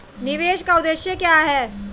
निवेश का उद्देश्य क्या है?